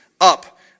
Up